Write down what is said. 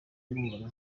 numva